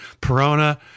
Perona